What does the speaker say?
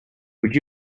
would